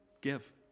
Give